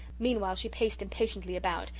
meanwhile, she paced impatiently about,